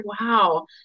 Wow